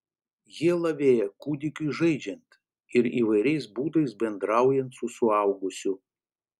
jie lavėja kūdikiui žaidžiant ir įvairiais būdais bendraujant su suaugusiu